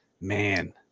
Man